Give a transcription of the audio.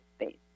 space